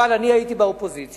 אבל אני הייתי באופוזיציה,